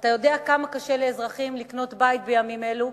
אתה יודע כמה קשה לאזרחים לקנות בית בימים אלו,